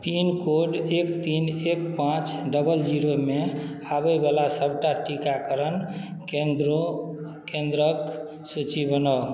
pin code एक तीन एक पाँच डबल जीरोमे आबैवला सबटा टीकाकरण केन्द्रो केन्द्रके सूची बनाउ